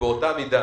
בדיוק באותה מידה